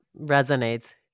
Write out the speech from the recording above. resonates